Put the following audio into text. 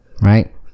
Right